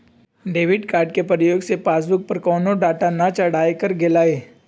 debit card के प्रयोग से पासबुक पर कोनो डाटा न चढ़ाएकर गेलइ ह